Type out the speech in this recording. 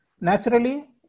naturally